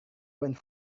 went